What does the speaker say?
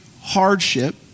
hardship